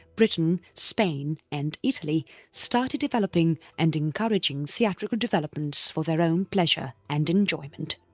britain, spain and italy started developing and encouraging theatrical developments for their own pleasure and enjoyment.